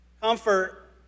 Comfort